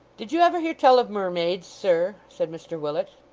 did you ever hear tell of mermaids, sir said mr willet.